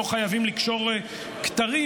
לא חייבים לקשור כתרים.